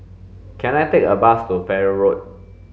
can I take a bus to Farrer Road